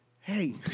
Hey